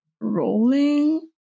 rolling